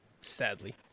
sadly